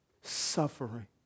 suffering